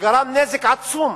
שגרם נזק עצום